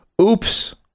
oops